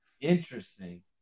Interesting